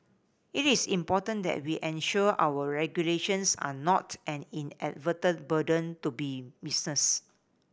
it is important that we ensure our regulations are not an inadvertent burden to be business